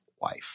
wife